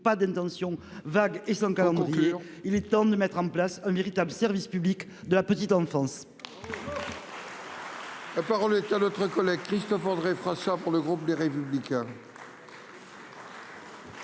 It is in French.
pas d'intentions vagues et sans calendrier. Il faut conclure ! Il est temps de mettre en place un véritable service public de la petite enfance. La parole est à M. Christophe-André Frassa, pour le groupe Les Républicains.